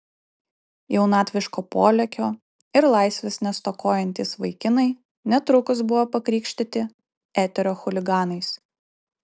jaunatviško polėkio ir laisvės nestokojantys vaikinai netrukus buvo pakrikštyti eterio chuliganais